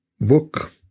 book